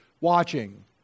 watching